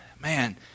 man